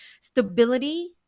Stability